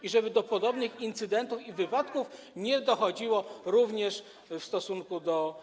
i żeby do podobnych incydentów i wypadków nie dochodziło również w stosunku do.